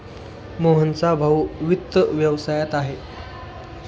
मोहनचा भाऊ वित्त व्यवसायात आहे